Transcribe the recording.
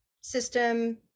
system